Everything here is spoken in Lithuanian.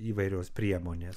įvairios priemonės